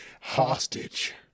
hostage